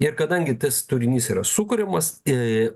ir kadangi tas turinys yra sukuriamas